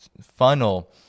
funnel